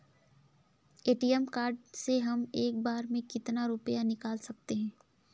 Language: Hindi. ए.टी.एम कार्ड से हम एक बार में कितना रुपया निकाल सकते हैं?